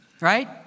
right